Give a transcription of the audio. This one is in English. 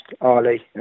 Ali